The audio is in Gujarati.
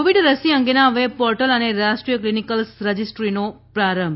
કોવિડ રસી અંગેના વેબ પોર્ટલ અને રાષ્ટ્રીય ક્લિનિકલ રજિસ્ટ્રીનો પ્રારંભ